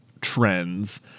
trends